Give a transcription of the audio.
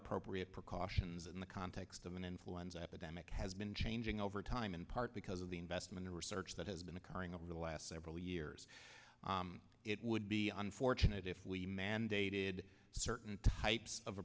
appropriate precautions in the context of an influenza epidemic has been changing over time in part because of the investment in research that has been occurring over the last several years it would be unfortunate if we mandated certain types of